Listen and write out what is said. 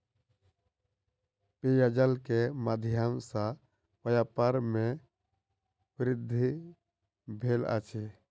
पेयजल के माध्यम सॅ व्यापार में वृद्धि भेल अछि